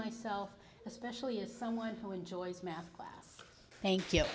myself especially as someone who enjoys math class thank you